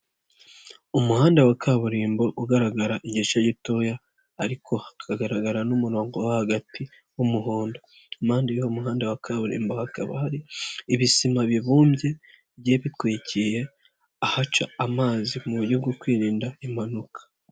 Umuhanda wa kaburimbo ugaragara igice gitoya ariko hakagaragara n'umurongo wo hagati w'umuhondo, impande y'uwo muhanda wa kaburimbo hakaba hari ibisima bibumbye bigiye bitwikiye ahaca amazi mu buryo bwo kwirinda impanuka.